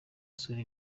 asura